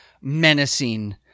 menacing